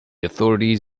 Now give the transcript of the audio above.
authorities